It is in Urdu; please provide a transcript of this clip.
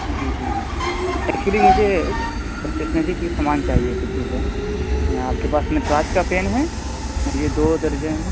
جی جی ایکچوئلی مجھے اسٹیشنری کی سامان چاہیے کچھ چیزیں آپ کے پاس نٹراج کا پین ہے مجھے دو درجن